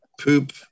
poop